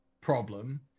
problem